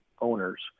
owners